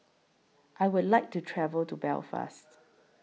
I Would like to travel to Belfast